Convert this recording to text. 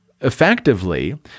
effectively